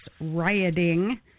Rioting